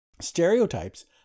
stereotypes